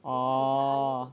oh